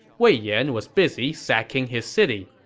wei yan was busy sacking his city.